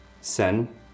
Sen